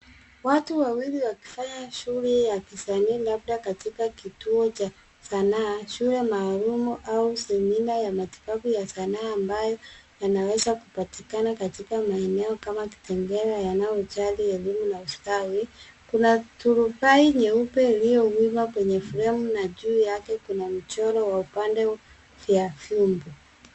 Watu wawili wakifanya shughuli ya kisanii labda katika kituo cha sanaa, shule maalum au seminar ya matibabu ya sanaa ambayo inaweza kupatikana katika maeneo kama Kitengela, yanayojali elimu na ustawi. Kuna turubai nyeupe iliyowekwa kwenye fremu na juu yake kuna mchoro wa upande vya viumbe.